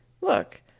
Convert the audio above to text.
Look